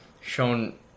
shown